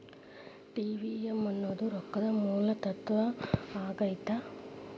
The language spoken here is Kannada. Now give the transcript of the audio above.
ಟಿ.ವಿ.ಎಂ ಅನ್ನೋದ್ ರೊಕ್ಕದ ಮೂಲ ತತ್ವ ಆಗ್ಯಾದ